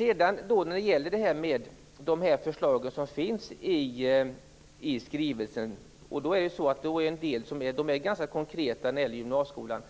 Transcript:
En del av de förslag som finns i skrivelsen är ganska konkreta när det gäller gymnasieskolan.